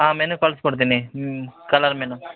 ಹಾಂ ಮೆನು ಕಳ್ಸ್ಕೊಡ್ತೀನಿ ಹ್ಞೂ ಕಲರ್ ಮೆನು